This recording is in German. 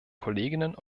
kolleginnen